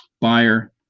buyer